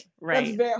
right